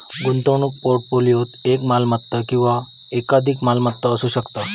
गुंतवणूक पोर्टफोलिओत एक मालमत्ता किंवा एकाधिक मालमत्ता असू शकता